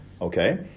okay